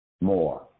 more